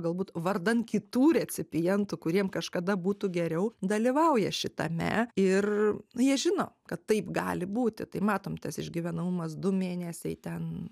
galbūt vardan kitų recipientų kuriem kažkada būtų geriau dalyvauja šitame ir jie žino kad taip gali būti tai matom tas išgyvenamumas du mėnesiai ten